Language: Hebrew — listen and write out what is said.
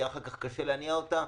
יהיה קשה אחר כך להניע אותה,